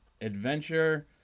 adventure